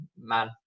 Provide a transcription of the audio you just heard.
man